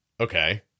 okay